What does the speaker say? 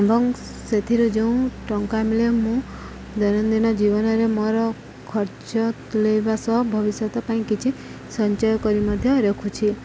ଏବଂ ସେଥିରୁ ଯେଉଁ ଟଙ୍କା ମିଳେ ମୁଁ ଦୈନନ୍ଦିନ ଜୀବନରେ ମୋର ଖର୍ଚ୍ଚ ତୁଲାଇବା ସହ ଭବିଷ୍ୟତ ପାଇଁ କିଛି ସଞ୍ଚୟ କରି ମଧ୍ୟ ରଖୁଛି